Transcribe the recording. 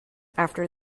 after